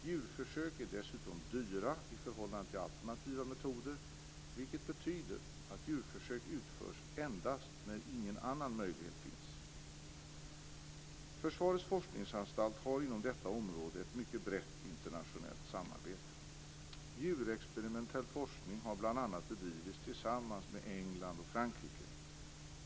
Djurförsök är dessutom dyra i förhållande till alternativa metoder, vilket betyder att djurförsök utförs endast när ingen annan möjlighet finns. Försvarets forskningsanstalt har inom detta område ett mycket brett internationellt samarbete. Djurexperimentell forskning har bl.a. bedrivits tillsammans med England och Frankrike.